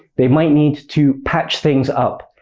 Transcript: they might need to patch things up,